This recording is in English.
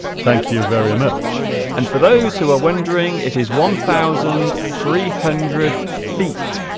thank you very much and for those who are wondering it is one thousand three hundred feet